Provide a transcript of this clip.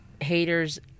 haters